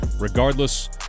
regardless